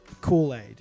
Kool-Aid